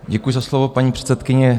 Děkuji za slovo, paní předsedkyně.